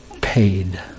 paid